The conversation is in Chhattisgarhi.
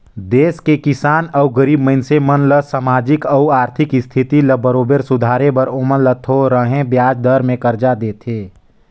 देस के किसान अउ गरीब मइनसे मन ल सामाजिक अउ आरथिक इस्थिति ल बरोबर सुधारे बर ओमन ल थो रहें बियाज दर में करजा देथे